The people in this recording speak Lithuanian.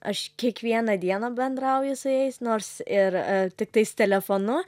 aš kiekvieną dieną bendrauju su jais nors ir e tiktais telefonu